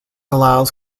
allows